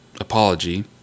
apology